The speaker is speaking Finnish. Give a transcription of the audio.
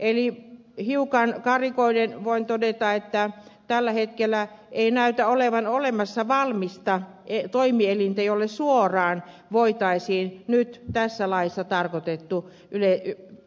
eli hiukan karrikoiden voin todeta että tällä hetkellä ei näytä olevan olemassa valmista toimielintä jolle suoraan voitaisiin nyt tässä laissa tarkoitetun